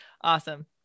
Awesome